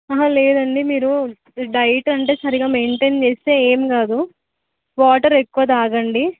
లేదండి మీరు డైట్ అంటే సరిగ్గా మెయింటేన్ చేస్తే ఏం కాదు వాటర్ ఎక్కువ త్రాగండి